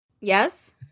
Yes